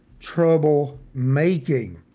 troublemaking